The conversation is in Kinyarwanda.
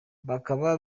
bakaba